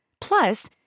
Plus